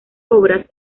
obras